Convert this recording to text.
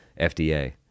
FDA